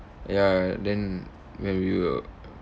ya then then we were